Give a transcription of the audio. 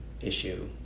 issue